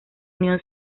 unión